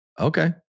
Okay